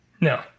No